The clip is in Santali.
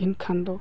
ᱮᱱᱠᱷᱟᱱ ᱫᱚ